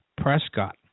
Prescott